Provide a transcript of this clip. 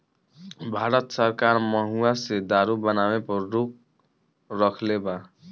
भारत सरकार महुवा से दारू बनावे पर रोक रखले बा